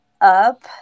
up